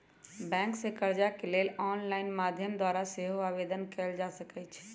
bank से कर्जा के लेल ऑनलाइन माध्यम द्वारा सेहो आवेदन कएल जा सकइ छइ